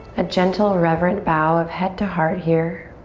a gentle, reverent bow of head to heart here